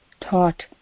taught